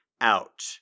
out